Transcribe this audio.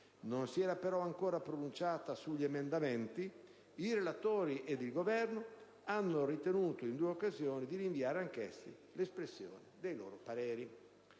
non si era però ancora pronunciata sugli emendamenti - i relatori e il Governo hanno ritenuto in due occasioni di rinviare anch'essi l'espressione dei loro pareri.